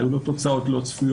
היו לו תוצאות לא צפויות,